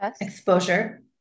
Exposure